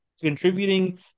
contributing